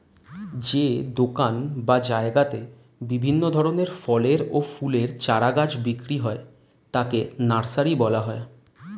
যে দোকান বা জায়গাতে বিভিন্ন ধরনের ফলের ও ফুলের চারা গাছ বিক্রি হয় তাকে নার্সারি বলা হয়